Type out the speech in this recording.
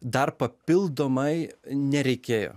dar papildomai nereikėjo